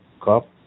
cop